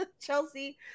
chelsea